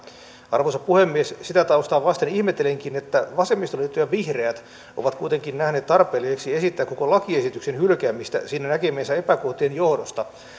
arvoisa puhemies sitä taustaa vasten ihmettelenkin että vasemmistoliitto ja vihreät ovat kuitenkin nähneet tarpeelliseksi esittää koko lakiesityksen hylkäämistä siinä näkemiensä epäkohtien johdosta